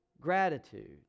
gratitude